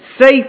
safe